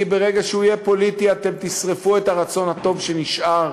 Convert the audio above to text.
כי ברגע שהוא יהיה פוליטי אתם תשרפו את הרצון הטוב שנשאר,